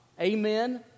Amen